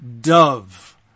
dove